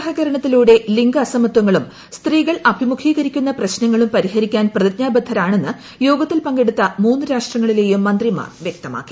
സഹകരണത്തിലൂടെ ലിംഗ അസമത്വങ്ങളും സ്ത്രീകൾ അഭിമുഖീകരിക്കുന്ന പ്രശ്നങ്ങളും പരിഹരിക്കാൻ പ്രതിജ്ഞാബദ്ധരാണെന്ന് യോഗത്തിൽ പങ്കെടുത്ത മുന്ന് രാഷ്ട്രങ്ങളിലെയും മന്ത്രിമാർ വ്യക്തമാക്കി